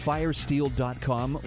FireSteel.com